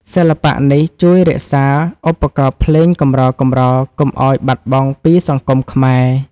សិល្បៈនេះជួយរក្សាឧបករណ៍ភ្លេងកម្រៗ កុំឱ្យបាត់បង់ពីសង្គមខ្មែរ។